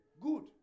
Good